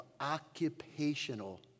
occupational